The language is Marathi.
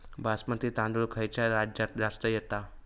बासमती तांदूळ खयच्या राज्यात जास्त येता?